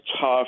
tough